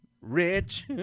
Rich